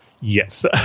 Yes